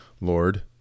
Lord